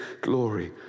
glory